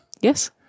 Yes